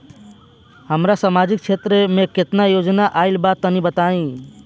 हमरा समाजिक क्षेत्र में केतना योजना आइल बा तनि बताईं?